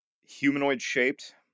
Humanoid-shaped